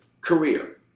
career